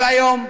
אבל היום,